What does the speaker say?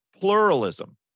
pluralism